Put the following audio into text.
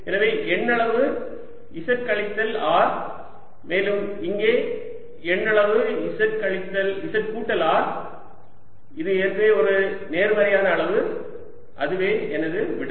எனவே எண்ணளவு z கழித்தல் R மேலும் இங்கே எண்ணளவு z கூட்டல் R இது ஏற்கனவே ஒரு நேர்மறையான அளவு அதுவே எனது விடை